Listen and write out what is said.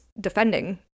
defending